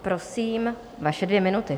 Prosím, vaše dvě minuty.